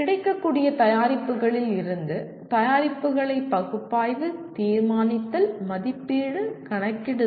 கிடைக்கக்கூடிய தயாரிப்புகளில் இருந்து தயாரிப்புகளை பகுப்பாய்வு தீர்மானித்தல் மதிப்பீடு கணக்கிடுதல்